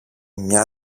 μια